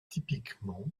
typiquement